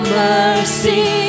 mercy